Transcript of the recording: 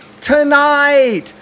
Tonight